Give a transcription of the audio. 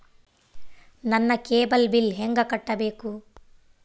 ನನ್ನ cable bill ಹೆಂಗ ಕಟ್ಟಬೇಕು?